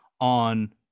on